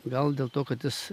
gal dėl to kad jis